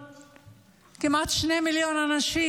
כמעט שני מיליון אנשים